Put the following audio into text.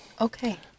okay